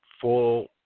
full